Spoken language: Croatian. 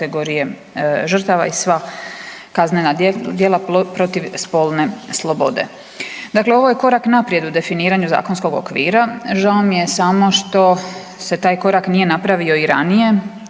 kategorije žrtava i sva kaznena djela protiv spolne slobode. Dakle, ovo je korak naprijed u definiranju zakonskog okvira, žao mi je samo što se taj korak nije napravio i ranije.